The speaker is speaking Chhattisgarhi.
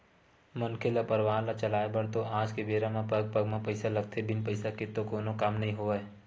मनखे ल परवार ल चलाय बर तो आज के बेरा म पग पग म पइसा लगथे बिन पइसा के तो कोनो काम नइ होवय